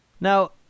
Now